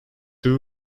two